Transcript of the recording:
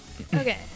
Okay